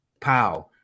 pow